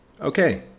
Okay